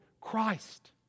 Christ